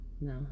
No